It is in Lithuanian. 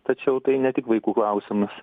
tačiau tai ne tik vaikų klausimas